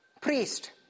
priest